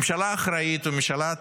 ממשלה אחראית וממשלה ציונית,